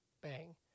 bang